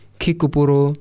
kikupuro